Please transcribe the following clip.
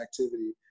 activity